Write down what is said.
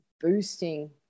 boosting